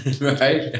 Right